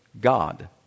God